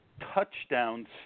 touchdowns